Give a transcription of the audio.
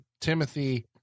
Timothy